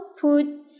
put